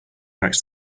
next